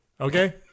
Okay